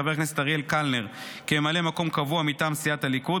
חבר הכנסת אריאל קלנר כממלא מקום קבוע מטעם סיעת הליכוד,